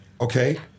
Okay